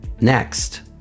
Next